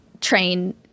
train